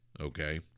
okay